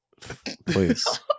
please